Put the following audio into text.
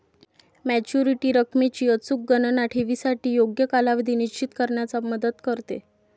maturity रकमेची अचूक गणना ठेवीसाठी योग्य कालावधी निश्चित करण्यात मदत करते